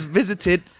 visited